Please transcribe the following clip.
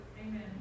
Amen